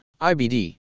IBD